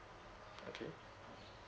okay